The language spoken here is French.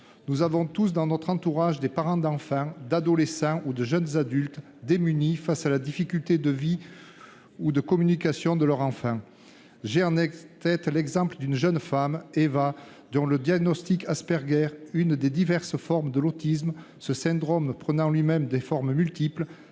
Nous avons tous dans notre entourage des parents d'enfants, d'adolescents ou de jeunes adultes démunis face à la difficulté de vie ou de communication de leur enfant. J'ai en tête l'exemple d'une jeune femme, Éva, dont le diagnostic Asperger, une des diverses formes de l'autisme, ce syndrome prenant lui-même des formes multiples,